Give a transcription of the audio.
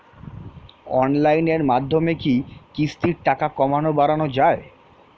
অনলাইনের মাধ্যমে কি কিস্তির টাকা কমানো বাড়ানো যায়?